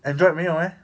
adroit 没有诶